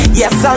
yes